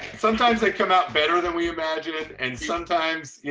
sometimes they come out better than we imagine and sometimes, you